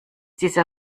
dieser